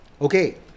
Okay